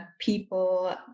people